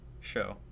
show